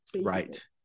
Right